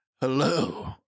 hello